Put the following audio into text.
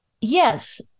Yes